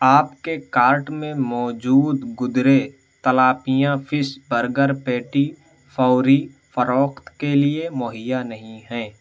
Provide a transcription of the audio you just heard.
آپ کے کارٹ میں موجود گدرے تلاپیاں فش برگر پیٹی فوری فروخت کے لیے مہیا نہیں ہیں